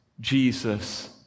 Jesus